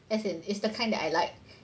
as in the kind that I like